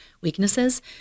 weaknesses